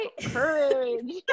courage